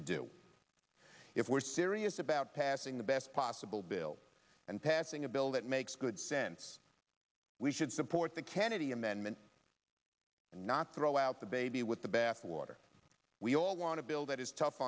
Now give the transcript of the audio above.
to do if we're serious about passing the best possible bill and passing a bill that makes good sense we should support the kennedy amendment and not throw out the baby with the bathwater we all want to build that is tough